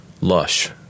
lush